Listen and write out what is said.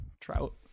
trout